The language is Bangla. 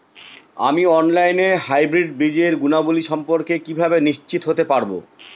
আমি অনলাইনে হাইব্রিড বীজের গুণাবলী সম্পর্কে কিভাবে নিশ্চিত হতে পারব?